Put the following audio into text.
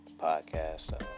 podcast